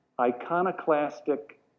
iconoclastic